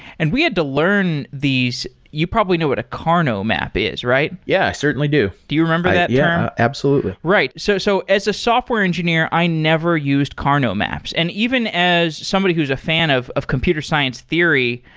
and we had to learn these. you probably know what a karnaugh map is, right? yeah. i certainly do. do you remember that term? yeah, absolutely. right. so so as a software engineer, i never used karnaugh maps. and even as somebody who's a fan of of computer science theory,